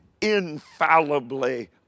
infallibly